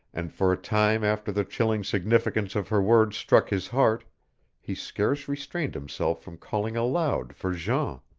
and for a time after the chilling significance of her words struck his heart he scarce restrained himself from calling aloud for jean.